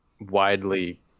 widely